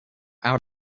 out